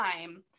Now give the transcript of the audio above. time